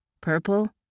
Purple